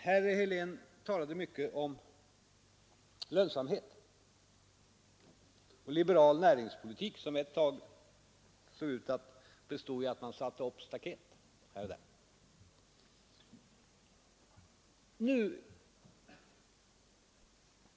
Herr Helén talade mycket om lönsamhet och om liberal näringspolitik, som ett tag såg ut att bestå i att man satte upp staket här och där.